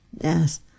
yes